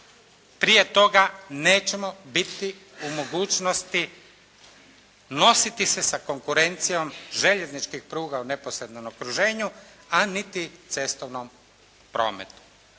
Prije toga nećemo biti u mogućnosti nositi se sa konkurencijom željezničkih pruga u neposrednom okruženju, a niti cestovnom prometu.